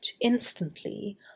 instantly